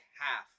half